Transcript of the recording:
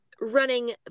running